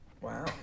wow